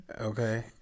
okay